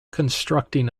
constructing